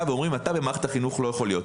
ואומרים: אתה במערכת החינוך לא יכול להיות,